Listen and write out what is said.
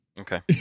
Okay